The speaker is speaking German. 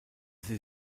sie